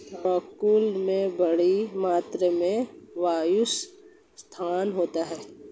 rockwool में बड़ी मात्रा में वायु स्थान होता है